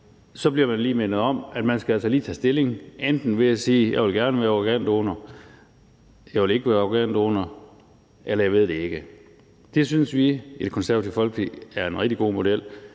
så lige bliver mindet om, at man altså skal tage stilling ved at sige: Jeg vil gerne være organdonor, jeg vil ikke være organdonor, eller jeg ved det ikke. Det synes vi i Det Konservative Folkeparti er en rigtig god model,